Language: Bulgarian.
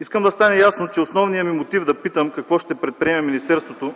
Искам да стане ясно, че основният ми мотив да питам какво ще предприеме министерството,